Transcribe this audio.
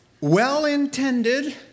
well-intended